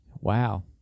Wow